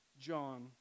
John